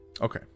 Okay